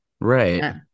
Right